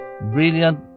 brilliant